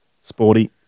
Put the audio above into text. Sporty